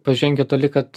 pažengę toli kad